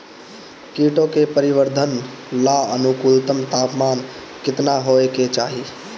कीटो के परिवरर्धन ला अनुकूलतम तापमान केतना होए के चाही?